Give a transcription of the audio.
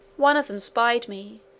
one of them spied me,